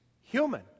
human